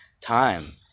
time